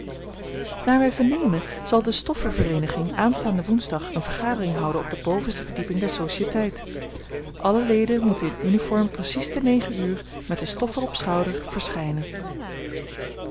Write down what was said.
naar wij vernemen zal de stoffervereeniging aanstaanden woensdag een vergadering houden op de bovenste verdieping der sociëteit alle leden moeten in uniform precies te negen uur met den stoffer op schouder verschijnen